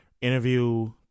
interview